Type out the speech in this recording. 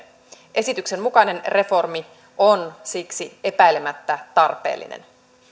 esityksen mukainen reformi on siksi epäilemättä tarpeellinen